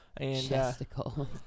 Chesticle